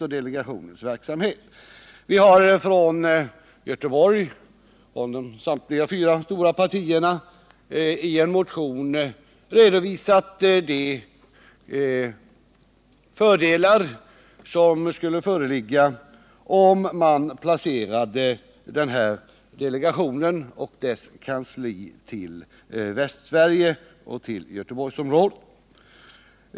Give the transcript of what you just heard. Från Göteborg har representanter för samtliga fyra stora partier i en motion redovisat de fördelar som skulle föreligga, om man placerade delegationen och dess kansli i Västsverige och Göteborgsområdet.